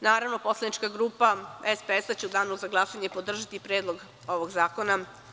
Naravno, poslanička grupa SPS će u danu za glasanje podržati predlog ovog zakona.